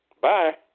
Bye